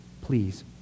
Please